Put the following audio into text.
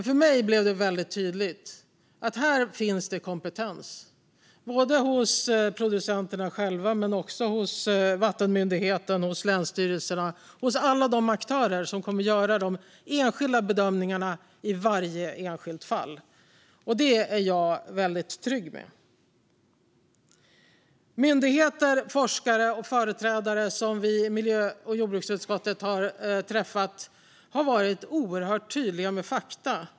För mig blev det väldigt tydligt att det finns kompetens både hos producenterna själva, hos vattenmyndigheterna, hos länsstyrelserna och hos alla de aktörer som ska göra bedömningarna i varje enskilt fall. Det är jag väldigt trygg med. Myndigheter, forskare och företrädare som vi i miljö och jordbruksutskottet har träffat har varit oerhört tydliga med fakta.